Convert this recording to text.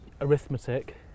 arithmetic